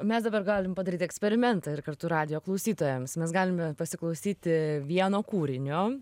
mes dabar galim padaryt eksperimentą ir kartu radijo klausytojams mes galime pasiklausyti vieno kūrinio